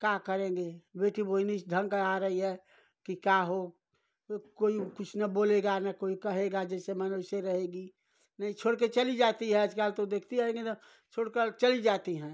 क्या करेंगे बेटी रही है कि क्या हो कोई कुछ नहीं बोलेगा न कोई कहेगा जैसे मन वैसे रहेगी नहीं छोड़कर चली जाती है आजकल तो देखती है छोड़कर चली जाती है